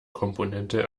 komponente